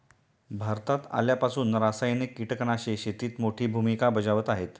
भारतात आल्यापासून रासायनिक कीटकनाशके शेतीत मोठी भूमिका बजावत आहेत